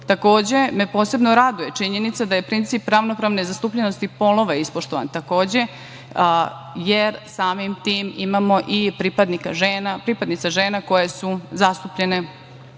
Takođe me posebno raduje činjenica da je princip ravnopravne zastupljenosti polova ispoštovan, jer samim tim imamo i pripadnice žena koje su zastupljene